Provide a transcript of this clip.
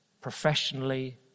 professionally